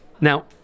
Now